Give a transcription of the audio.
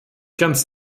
ganz